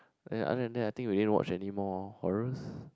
and other than that I think we didn't watch anymore horrors